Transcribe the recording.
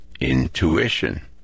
intuition